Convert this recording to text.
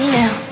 now